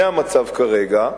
זה המצב כרגע.